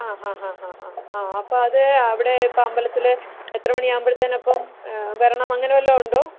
ആ ഹ ഹ ഹ ആ അപ്പോൾ അത് അവിടെ ഇപ്പോൾ അമ്പലത്തിൽ എത്ര മണിയാകുമ്പോഴത്തേനും അപ്പം വരണം അങ്ങനെ വല്ലതും ഉണ്ടോ